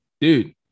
dude